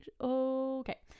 Okay